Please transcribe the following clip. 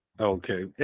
Okay